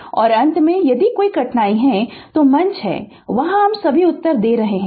और अंत में यदि कोई कठिनाई है तो मंच है वहां हम सभी उत्तर दे रहे हैं